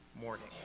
morning